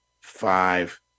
Five